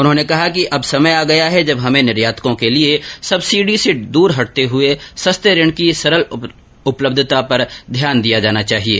उन्होंने कहा कि समय आ गया है जब हमें निर्यातको के लिए सब्सिडी से दुर हटते हुए सस्ते ऋण की सरल उपलब्धता पर ध्यान देना चाहिये